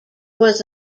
was